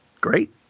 Great